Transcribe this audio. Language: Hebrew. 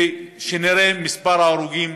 ושנראה את מספר ההרוגים,